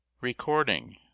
Recording